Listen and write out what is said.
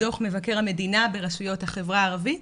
דו"ח מבקר המדינה ברשויות החברה הערבית